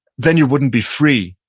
then you wouldn't be free.